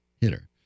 hitter